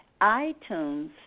iTunes